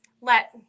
Let